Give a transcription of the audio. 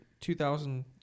2000